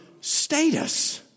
status